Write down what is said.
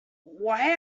why